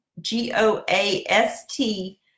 G-O-A-S-T